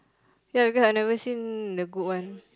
ya because I've never seen the good ones